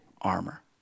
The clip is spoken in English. armor